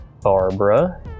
Barbara